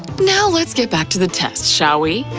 now let's get back to the test, shall we?